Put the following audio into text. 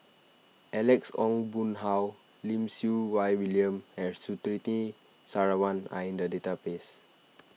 Alex Ong Boon Hau Lim Siew Wai William and Surtini Sarwan are in the database